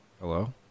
Hello